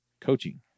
coaching